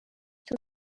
icyo